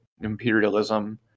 imperialism